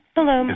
Hello